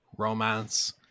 romance